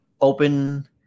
open